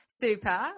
Super